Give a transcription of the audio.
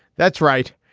that's right.